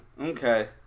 Okay